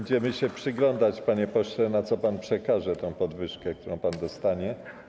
Będziemy się przyglądać, panie pośle, na co pan przekaże tę podwyżkę, którą pan dostanie.